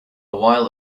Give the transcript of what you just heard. while